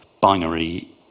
binary